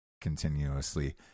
continuously